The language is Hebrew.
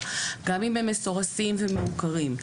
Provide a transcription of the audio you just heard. גם אם הם מסורסים ומעוקרים,